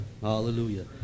Hallelujah